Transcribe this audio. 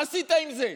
מה עשית עם זה?